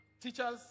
Teachers